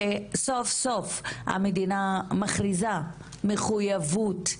שסוף סוף המדינה מכריזה מחויבות,